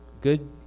good